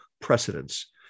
precedence